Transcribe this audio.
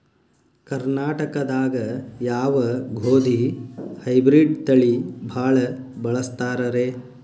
ಕರ್ನಾಟಕದಾಗ ಯಾವ ಗೋಧಿ ಹೈಬ್ರಿಡ್ ತಳಿ ಭಾಳ ಬಳಸ್ತಾರ ರೇ?